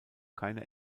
keine